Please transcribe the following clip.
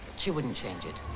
she wouldn't change it.